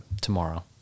tomorrow